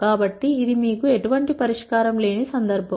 కాబట్టి ఇది మీకు ఎటువంటి పరిష్కారం లేని సందర్భం